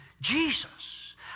Jesus